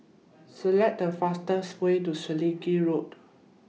Select The fastest Way to Selegie Road